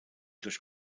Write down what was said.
durch